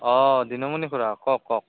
অঁ দিনমনি খুৰা কওক কওক